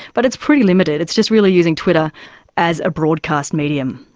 but it's pretty limited. it's just really using twitter as a broadcast medium.